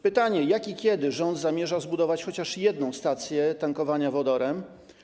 Pytanie: Jak i kiedy rząd zamierza zbudować chociaż jedną stację tankowania wodoru?